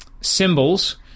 symbols